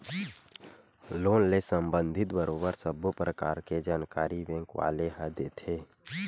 loan ले संबंधित बरोबर सब्बो परकार के जानकारी बेंक वाले ह देथे